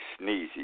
Sneezy